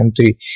M3